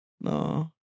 No